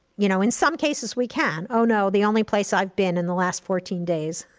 you know, in some cases, we can. oh no, the only place i've been in the last fourteen days